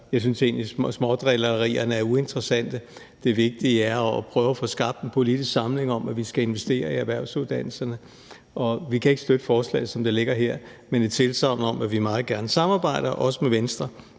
jeg synes egentlig, at smådrillerierne er uinteressante. Det vigtige er at prøve at få skabt en politisk samling om, at vi skal investere i erhvervsuddannelserne. Vi kan ikke støtte forslaget, som det ligger her, men giver tilsagn om, at vi meget gerne samarbejder med Venstre